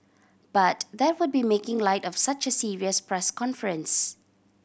but that would be making light of such a serious press conference